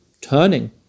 turning